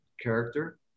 character